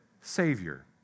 savior